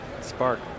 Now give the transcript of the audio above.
spark